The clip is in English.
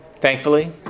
Thankfully